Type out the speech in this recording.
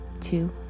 two